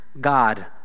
God